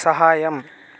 సహాయం